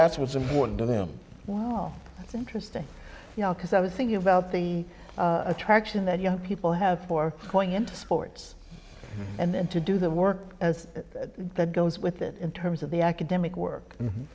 that's what's important to them that's interesting because i was thinking about the attraction that young people have for going into sports and then to do the work that goes with it in terms of the academic work